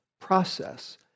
process